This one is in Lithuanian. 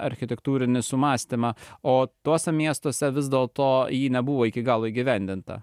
architektūrinį sumąstymą o tuose miestuose vis dėlto ji nebuvo iki galo įgyvendinta